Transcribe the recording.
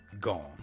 gone